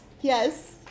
Yes